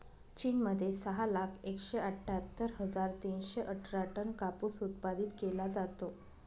चीन मध्ये सहा लाख एकशे अठ्ठ्यातर हजार तीनशे अठरा टन कापूस उत्पादित केला जातो